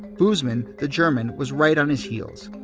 busemann, the german, was right on his heels.